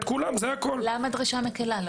למה דרישה מקלה?